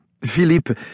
Philippe